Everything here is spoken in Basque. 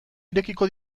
irekiko